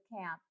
camp